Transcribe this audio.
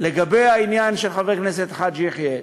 לגבי העניין של חבר הכנסת חאג' יחיא,